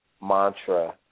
mantra